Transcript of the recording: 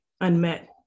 unmet